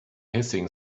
hissing